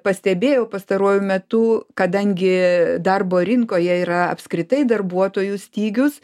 pastebėjau pastaruoju metu kadangi darbo rinkoje yra apskritai darbuotojų stygius